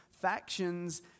factions